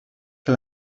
que